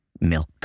milk